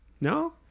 no